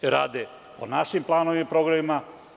Rade po našim planovima i programima.